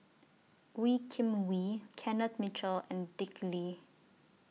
Wee Kim Wee Kenneth Mitchell and Dick Lee